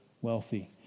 wealthy